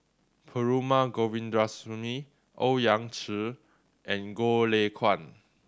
Perumal Govindaswamy Owyang Chi and Goh Lay Kuan